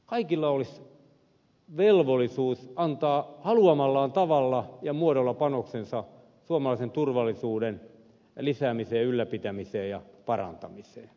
kaikilla olisi velvollisuus antaa haluamallaan tavalla ja muodolla panoksensa suomalaisen turvallisuuden lisäämiseen ylläpitämiseen ja parantamiseen